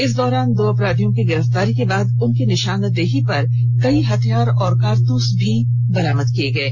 इसी दौरान दो अपराधियों के गिरफतारी के बाद उनकी निशानदेही पर कई हथियार और कारतुस बरामद किये गये